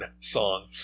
song